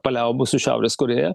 paliaubų su šiaurės korėja